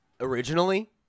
Originally